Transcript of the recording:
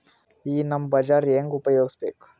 ಈ ನಮ್ ಬಜಾರ ಹೆಂಗ ಉಪಯೋಗಿಸಬೇಕು?